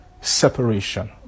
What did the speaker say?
separation